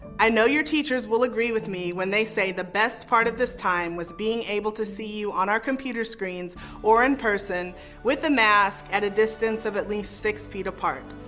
i know your teachers will agree with me when they say the best part of this time was being able to see you on our computer screens or in person with a mask at a distance of at least six feet apart.